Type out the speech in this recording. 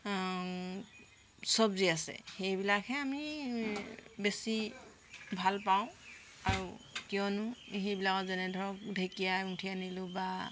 চব্জি আছে সেইবিলাকহে আমি বেছি ভাল পাওঁ আৰু কিয়নো সেইবিলাকৰ যেনে ধৰক ঢেকীয়া এমুঠি আনিলোঁ বা